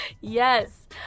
Yes